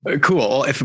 Cool